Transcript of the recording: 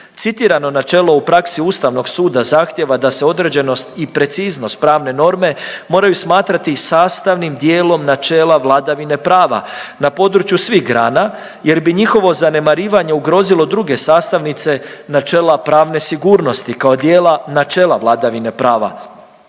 Citirano načelo u praksi Ustavnog suda zahtijeva da se određenost i preciznost pravne norme moraju smatrati i sastavnim dijelom načela vladavine prava na području svih grana jer bi njihovo zanemarivanje ugrozilo druge sastavnice načela pravne sigurnosti kao dijela načela vladavine prava,